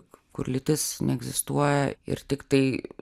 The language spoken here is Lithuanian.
kur lytis neegzistuoja ir tiktai